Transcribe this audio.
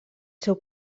seu